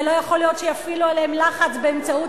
ולא יכול להיות שיפעילו עליהן לחץ באמצעות